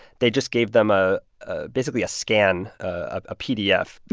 they just gave them ah a basically a scan, a pdf,